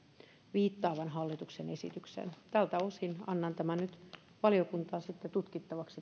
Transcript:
viittaavan esityksen tältä osin annan tämän lakiesityksen nyt valiokuntaan tutkittavaksi